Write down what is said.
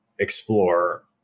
explore